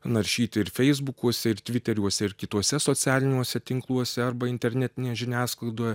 naršyti ir feisbukuose ir tviteriuose ir kituose socialiniuose tinkluose arba internetinėje žiniasklaidoje